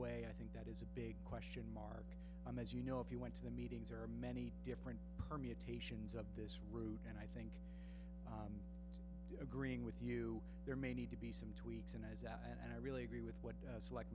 way i think that is a big question i'm as you know if you went to the meetings there are many different permutations of this route and i think agreeing with you there may need to be some and i really agree with what it's like